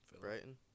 Brighton